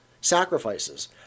sacrifices